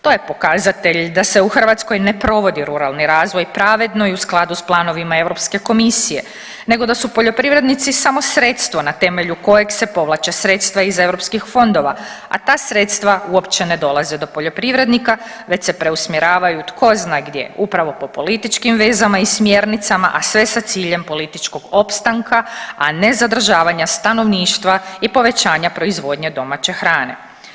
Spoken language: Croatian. To je pokazatelj da se u Hrvatskoj ne provodi ruralni razvoj pravedno i u skladu s planovima Europske komisije nego da su poljoprivrednici samo sredstvo na temelju kojeg se povlače sredstva iz europskih fondova, a ta sredstva uopće ne dolaze do poljoprivrednika već se preusmjeravaju tko zna gdje upravo po političkim vezama i smjernicama, a sve sa ciljem političkog opstanka, a ne zadržavanja stanovništva i povećanja proizvodnje domaće hrane.